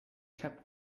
kept